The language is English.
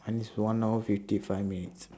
it's one hour fifty five minutes